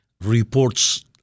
reports